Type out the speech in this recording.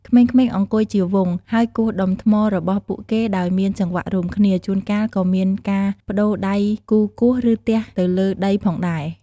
ក្មេងៗអង្គុយជាវង់ ហើយគោះដុំថ្មរបស់ពួកគេដោយមានចង្វាក់រួមគ្នា ជួនកាលក៏មានការប្ដូរដៃគូគោះ ឬទះទៅលើដីផងដែរ។